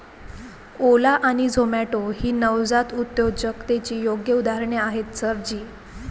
ओला आणि झोमाटो ही नवजात उद्योजकतेची योग्य उदाहरणे आहेत सर जी